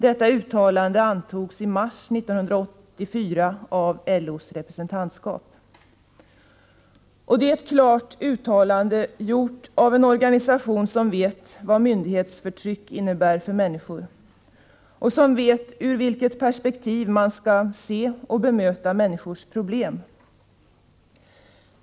Detta uttalande antogs i mars 1984 av LO:s representantskap. Det är ett klart uttalande, gjort av en organisation där man vet vad myndighetsförtryck innebär för människor och där man vet ur vilket perspektiv man skall se och bedöma människors problem.